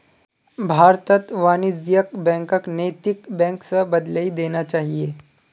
भारतत वाणिज्यिक बैंकक नैतिक बैंक स बदलइ देना चाहिए